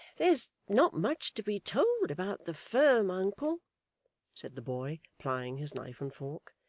there's not much to be told about the firm, uncle said the boy, plying his knife and fork.